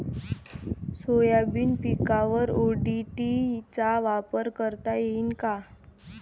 Soybean पिकावर ODT चा वापर करता येईन का?